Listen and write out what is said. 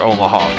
Omaha